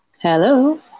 Hello